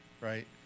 right